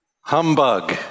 humbug